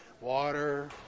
Water